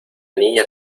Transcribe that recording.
niña